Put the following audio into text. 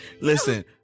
Listen